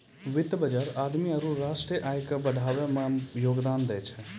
वित्त बजार आदमी आरु राष्ट्रीय आय के बढ़ाबै मे योगदान दै छै